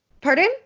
pardon